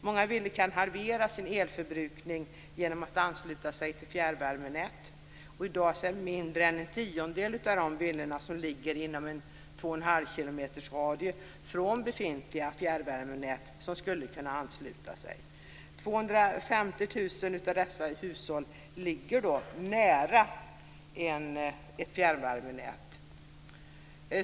Många villor kan halvera sin elförbrukning genom att ansluta sig till fjärrvärmenät. I dag är mindre än en tiondel av de villor som ligger inom en radie på 2,5 km från befintliga fjärrvärmenät anslutna till fjärrvärme. 250 000 svenska hushåll ligger nära ett fjärrvärmenät.